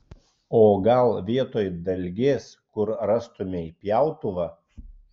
o gal vietoj dalgės kur rastumei pjautuvą